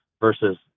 versus